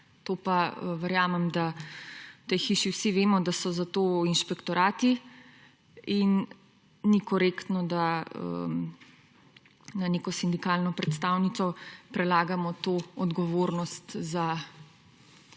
To pa verjamem, da v tej hiši vsi vemo, da so za to inšpektorati in ni korektno, da na neko sindikalno predstavnico prelagamo to odgovornost za